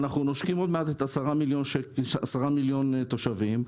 אנחנו נושקים ל-10 מיליון תושבים,